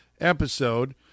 episode